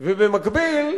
ובמקביל,